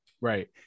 Right